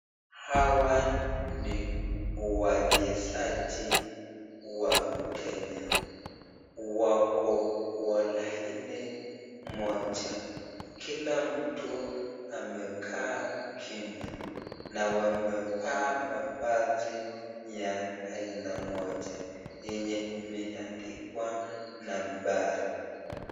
Hawa ni wachezaji wa Kenya. Wako kwa laini moja, kila mtu amekaa kimya na wamevaa mavazi ya aina moja yenye imeandikwa nambari.